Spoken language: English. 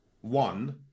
one